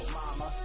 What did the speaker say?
mama